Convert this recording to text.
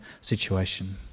situation